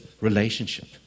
relationship